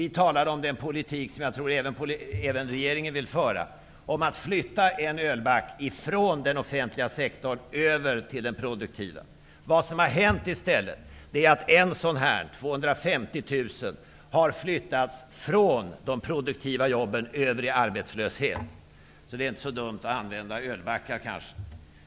Vi talade om den politik som jag tror att även regeringen vill föra, om att flytta en ölback från den offentliga sektorn över till den produktiva. Vad som i stället har hänt är att en ölback -- 250 000 människor -- har flyttats från den produktiva sektorn över till arbetslöshet. Det är kanske inte så dumt att använda ölbackar.